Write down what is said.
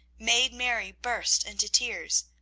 made mary burst into tears.